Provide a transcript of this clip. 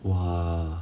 !wah!